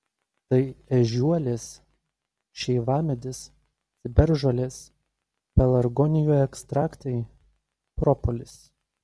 tai ežiuolės šeivamedis ciberžolės pelargonijų ekstraktai propolis